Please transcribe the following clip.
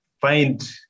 find